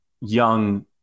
young